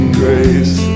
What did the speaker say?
grace